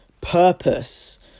purpose